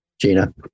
Gina